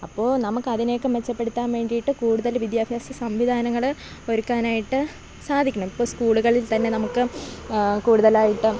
അപ്പോൾ നമുക്ക് അതിനെ ഒക്കെ മെച്ചപ്പെടുത്താൻ വേണ്ടിയിട്ട് കൂടുതൽ വിദ്യാഭ്യാസ സംവിധാനങ്ങൾ ഒരുക്കാനായിട്ട് സാധിക്കണം ഇപ്പോൾ സ്കൂളുകളിൽ തന്നെ നമുക്ക് കൂടുതലായിട്ട്